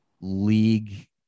league